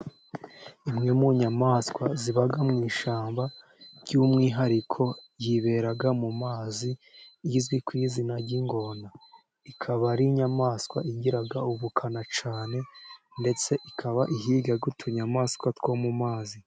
Imwe mu nyamaswa ziba mu ishyamba, by'umwihariko yibera mu mazi izwi ku izina ry'Ingona, ikaba ari inyamaswa igira ubukana cyane ndetse ikaba ihiga utunyamaswa two mu mazi.